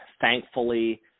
thankfully